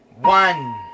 one